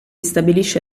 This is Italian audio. stabilisce